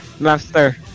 Master